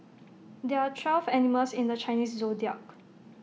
there are twelve animals in the Chinese Zodiac